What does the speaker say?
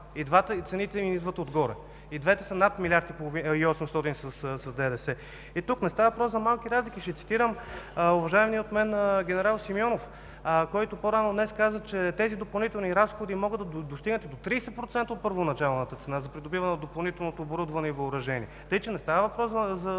на двата цените им идват отгоре. И двете са над 1 млрд. и 800 с ДДС. Тук не става въпрос за малки разлики. Ще цитирам уважавания от мен генерал Симеонов, който по-рано днес каза, че тези допълнителни разходи могат да достигнат и до 30% от първоначалната цена за придобиването на допълнителното оборудване и въоръжение. Така че не става въпрос за